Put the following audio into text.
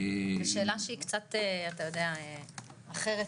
זאת שאלה שהיא קצת, אתה יודע, אחרת.